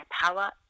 power